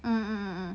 mmhmm